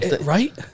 Right